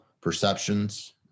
perceptions